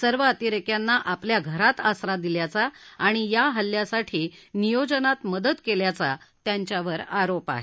सर्व अतिरेक्यांना आपल्या घरात आसरा दिल्याचा आणि हल्ल्यासाठी नियोजनात मदत केल्याचा त्यांच्यावर आरोप आहे